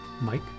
mike